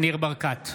ניר ברקת,